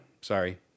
sorry